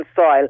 soil